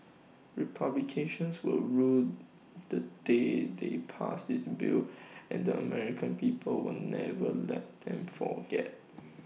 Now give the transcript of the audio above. republicans will rue the day they passed this bill and the American people will never let them forget